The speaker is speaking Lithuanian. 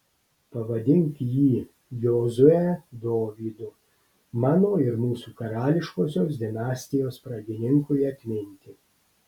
pavadink jį jozue dovydu mano ir mūsų karališkosios dinastijos pradininkui atminti